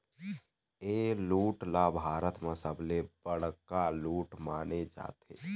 ए लूट ल भारत म सबले बड़का लूट माने जाथे